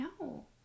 no